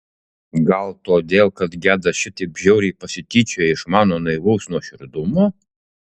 gal todėl kad gedas šitaip žiauriai pasityčiojo iš mano naivaus nuoširdumo